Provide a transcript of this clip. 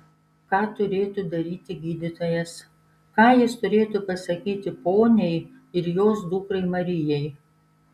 ką turėtų daryti gydytojas ką jis turėtų pasakyti poniai ir jos dukrai marijai